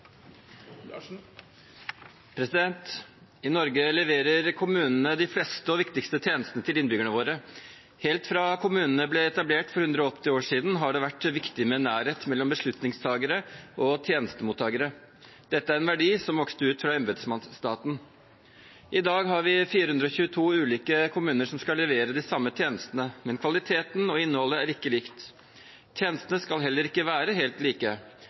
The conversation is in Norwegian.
vedtatt. I Norge leverer kommunene de fleste og viktigste tjenestene til innbyggerne våre. Helt fra kommunene ble etablert for 180 år siden, har det vært viktig med nærhet mellom beslutningstakere og tjenestemottakere. Dette er en verdi som vokste ut fra embetsmannsstaten. I dag har vi 422 ulike kommuner som skal levere de samme tjenestene, men kvaliteten og innholdet er ikke likt. Tjenestene skal heller ikke være helt like,